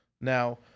Now